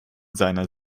seiner